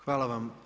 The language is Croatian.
Hvala vam.